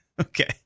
Okay